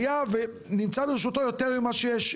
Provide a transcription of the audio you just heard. היה ונמצא ברשותו יותר ממה שיש,